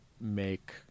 make